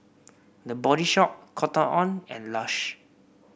The Body Shop Cotton On and Lush